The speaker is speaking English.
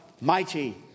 mighty